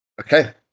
Okay